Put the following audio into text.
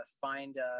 find